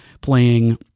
playing